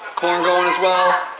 corn going as well.